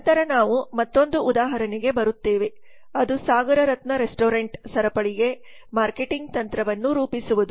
ನಂತರ ನಾವು ಮತ್ತೊಂದು ಉದಾಹರಣೆಗೆ ಬರುತ್ತೇವೆ ಅದು ಸಾಗರ್ ರತ್ನ ರೆಸ್ಟೋರೆಂಟ್ ಸರಪಳಿಗೆ ಮಾರ್ಕೆಟಿಂಗ್ ತಂತ್ರವನ್ನು ರೂಪಿಸುವುದು